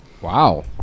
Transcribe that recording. Wow